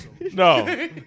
No